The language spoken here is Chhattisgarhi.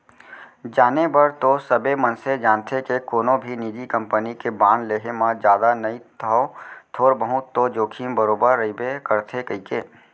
जाने बर तो सबे मनसे जानथें के कोनो भी निजी कंपनी के बांड लेहे म जादा नई तौ थोर बहुत तो जोखिम बरोबर रइबे करथे कइके